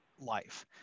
life